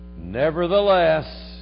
nevertheless